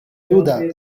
nuda